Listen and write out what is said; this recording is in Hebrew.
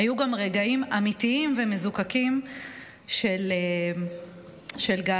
היו גם רגעים אמיתיים ומזוקקים של גאווה,